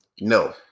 No